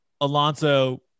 Alonso